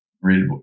read